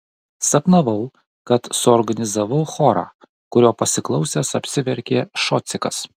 sapnavau kad suorganizavau chorą kurio pasiklausęs apsiverkė šocikas